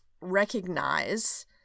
recognize